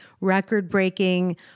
record-breaking